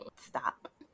Stop